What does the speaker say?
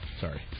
Sorry